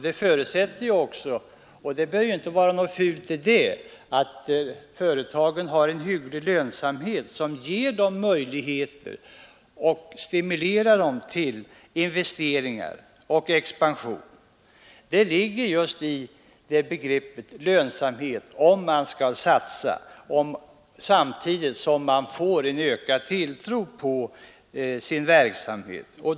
Det förutsätter också — och det bör inte vara något fult i det — att företagen har en hygglig lönsamhet som gör det möjligt för dem att investera och som stimulerar dem till expansion. Om företagarna skall satsa på sin verksamhet måste de ha tilltro till den.